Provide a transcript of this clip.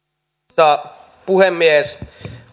arvoisa puhemies on